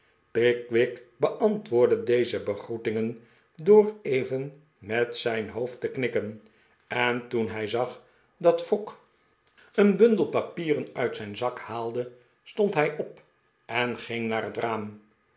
beantwoordde deze begroetingen door even met zijn hoofd te knikken en toen hij zag dat fogg een bundel papieren uit zijn zak haalde stpnd hij op en ging naar het raam